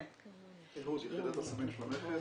אני אהוד אור-טל, יחידת הסמים של המכס.